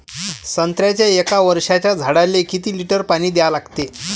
संत्र्याच्या एक वर्षाच्या झाडाले किती लिटर पाणी द्या लागते?